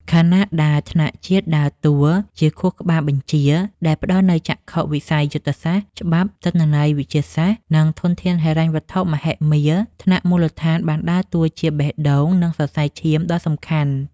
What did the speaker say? ខណៈដែលថ្នាក់ជាតិដើរតួជា ខួរក្បាលបញ្ជា ដែលផ្ដល់នូវចក្ខុវិស័យយុទ្ធសាស្ត្រ ច្បាប់ ទិន្នន័យវិទ្យាសាស្ត្រ និងធនធានហិរញ្ញវត្ថុមហិមា ថ្នាក់មូលដ្ឋានបានដើរតួជា បេះដូង និងសរសៃឈាមដ៏សំខាន់។